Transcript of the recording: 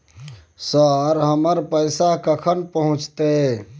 Sir, हमर पैसा कखन पहुंचतै?